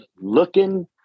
looking